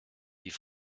die